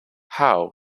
howe